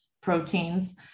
proteins